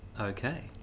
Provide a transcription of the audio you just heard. okay